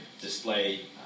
display